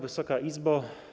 Wysoka Izbo!